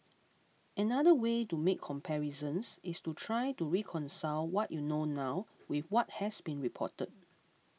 another way to make comparisons is to try to reconcile what you know now with what has been reported